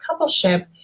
coupleship